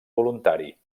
voluntari